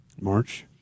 march